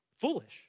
foolish